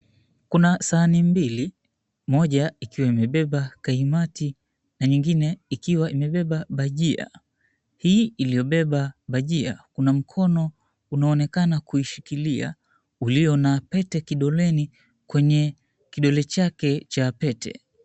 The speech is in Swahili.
Kuna sahani mbili, moja ikiwa imebeba kaimati na nyingine ikiwa imebeba bajia. Hii iliyobeba bajia kuna mkono unaonekana kuishikilia ulio na pete kidoleni kwenye kidole chake cha pete.